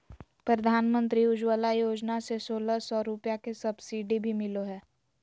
प्रधानमंत्री उज्ज्वला योजना से सोलह सौ रुपया के सब्सिडी भी मिलो हय